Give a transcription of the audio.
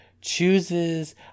chooses